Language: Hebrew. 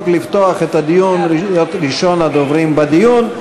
לפתוח את הדיון ולהיות ראשון הדוברים בדיון,